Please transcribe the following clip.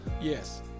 yes